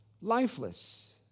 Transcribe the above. lifeless